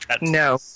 No